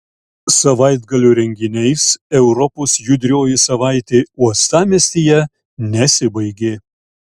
savaitgalio renginiais europos judrioji savaitė uostamiestyje nesibaigė